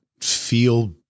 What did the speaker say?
feel